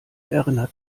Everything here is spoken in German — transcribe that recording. erinnert